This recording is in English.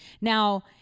Now